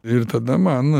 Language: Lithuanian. ir tada man